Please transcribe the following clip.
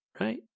right